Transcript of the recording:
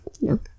No